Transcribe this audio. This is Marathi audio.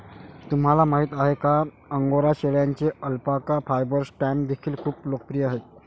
तुम्हाला माहिती आहे का अंगोरा शेळ्यांचे अल्पाका फायबर स्टॅम्प देखील खूप लोकप्रिय आहेत